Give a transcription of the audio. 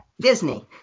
Disney